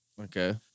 Okay